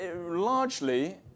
largely